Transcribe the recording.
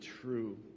true